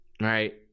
right